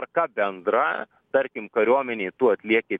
tvarka bendra tarkim kariuomenėj tu atlieki